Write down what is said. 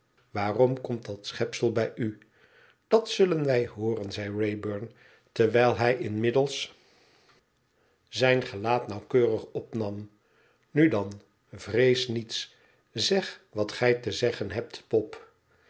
waarom komt dat schepsel bij u dat zullen wij hooren zeiwraybum terwijl hij inmiddels zijn nauwkeurig opnam nu dan vrees niets zeg wat gij te zeggen hebt pop